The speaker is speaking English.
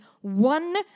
one